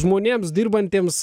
žmonėms dirbantiems